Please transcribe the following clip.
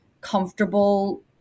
comfortable